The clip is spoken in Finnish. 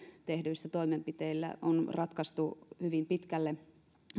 tehdyillä toimenpiteillä on ratkaistu hyvin pitkälle